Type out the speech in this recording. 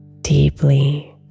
deeply